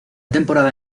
temporada